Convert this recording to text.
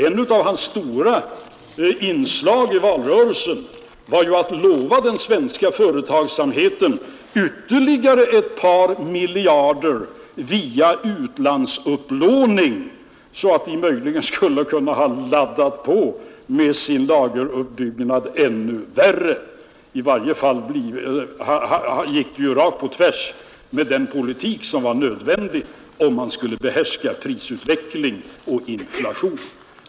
Ett av hans största inslag i valrörelsen var ju att lova den svenska företagsamheten ytterligare ett par miljarder via utlandsupplåning, så att företagen skulle ha kunnat ladda upp ännu mera med sin lageruppbyggnad. Och i varje fall gick ju det förslaget tvärs emot den politik som var nödvändig om man skulle behärska prisutveckling och inflation.